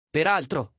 Peraltro